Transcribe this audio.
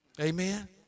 Amen